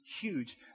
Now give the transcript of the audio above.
huge